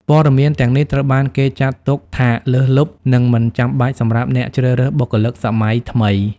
ព័ត៌មានទាំងនេះត្រូវបានគេចាត់ទុកថាលើសលប់ និងមិនចាំបាច់សម្រាប់អ្នកជ្រើសរើសបុគ្គលិកសម័យថ្មី។